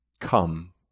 come